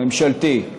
ממשלתי.